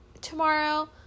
tomorrow